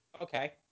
Okay